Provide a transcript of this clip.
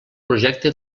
projecte